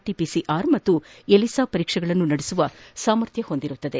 T PCR ಮತ್ತು ELISA ಪರೀಕ್ಷೆಗಳನ್ನು ನಡೆಸುವ ಸಾಮರ್ಥ್ಲ ಹೊಂದಿದೆ